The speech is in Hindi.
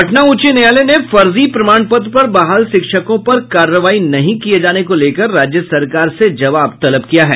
पटना उच्च न्यायालय ने फर्जी प्रमाण पत्र पर बहाल शिक्षकों पर कार्रवाई नहीं किये जाने को लेकर राज्य सरकार से जवाब तलब किया है